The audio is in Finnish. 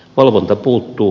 valvonta puuttuu